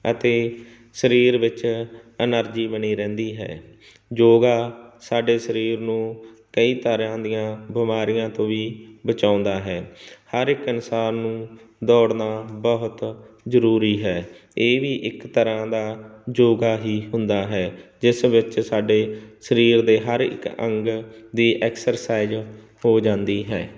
ਅਤੇ ਸਰੀਰ ਵਿੱਚ ਐਨਰਜੀ ਬਣੀ ਰਹਿੰਦੀ ਹੈ ਯੋਗਾ ਸਾਡੇ ਸਰੀਰ ਨੂੰ ਕਈ ਤਰ੍ਹਾਂ ਦੀਆਂ ਬਿਮਾਰੀਆਂ ਤੋਂ ਵੀ ਬਚਾਉਂਦਾ ਹੈ ਹਰ ਇੱਕ ਇਨਸਾਨ ਨੂੰ ਦੌੜਨਾ ਬਹੁਤ ਜ਼ਰੂਰੀ ਹੈ ਇਹ ਵੀ ਇੱਕ ਤਰ੍ਹਾਂ ਦਾ ਯੋਗਾ ਹੀ ਹੁੰਦਾ ਹੈ ਜਿਸ ਵਿੱਚ ਸਾਡੇ ਸਰੀਰ ਦੇ ਹਰ ਇੱਕ ਅੰਗ ਦੀ ਐਕਸਰਸਾਈਜ ਹੋ ਜਾਂਦੀ ਹੈ